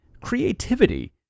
creativity